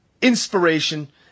Inspiration